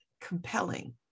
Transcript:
compelling